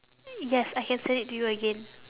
yes I can send it to you again